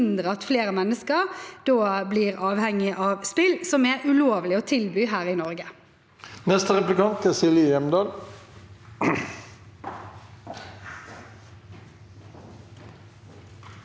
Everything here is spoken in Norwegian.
at flere mennesker blir avhengig av spill som er ulovlig å tilby her i Norge. Silje Hjemdal